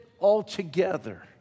altogether